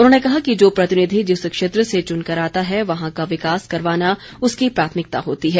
उन्होंने कहा कि जो प्रतिनिधि जिस क्षेत्र से चुनकर आता है वहां का विकास करवाना उसकी प्राथमिकता होती है